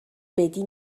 بدی